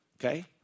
okay